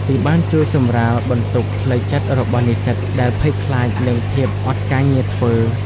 វាបានជួយសម្រាលបន្ទុកផ្លូវចិត្តរបស់និស្សិតដែលភ័យខ្លាចនឹងភាពអត់ការងារធ្វើ។